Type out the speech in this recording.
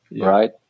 right